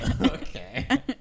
Okay